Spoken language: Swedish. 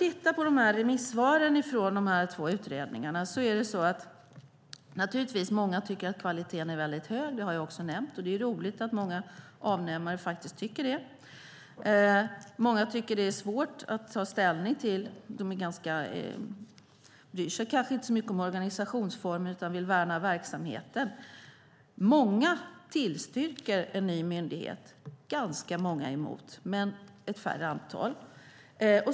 I remissvaren på de här två utredningarna är det många som skriver att kvaliteten är väldigt hög, vilket jag också har nämnt. Det är roligt att många avnämare tycker det. Många tycker att det är svårt att ta ställning; de bryr sig kanske inte så mycket om organisationsformen, men vill värna verksamheten. Många tillstyrker en ny myndighet. Ganska många är emot, men det är ett mindre antal.